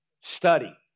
Study